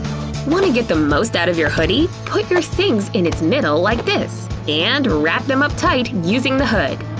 want to get the most out of your hoodie? put your thinks in its middle like this. and wrap them up tight using the hood.